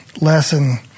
lesson